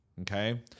okay